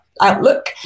outlook